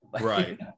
right